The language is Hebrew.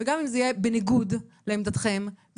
וגם אם זה יהיה בניגוד לעמדתכם ובניגוד